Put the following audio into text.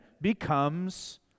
becomes